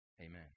Amen